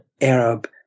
Arab